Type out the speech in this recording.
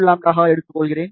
5 λ ஆக எடுத்துக்கொள்கிறேன்